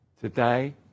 Today